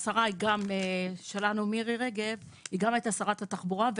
השרה שלנו מירי רגב היתה שרת התחבורה.